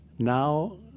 Now